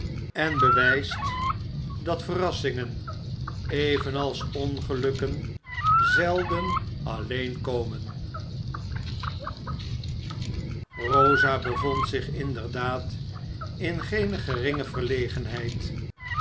en bewijst dat verrassingen evenals ongelukken zelden allben komen rosa bevond zich inderdaad in geene geringe verlegenheid